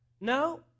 no